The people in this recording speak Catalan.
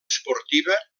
esportiva